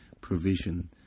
provision